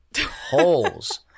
holes